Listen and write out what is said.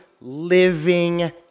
living